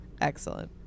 Excellent